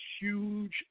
huge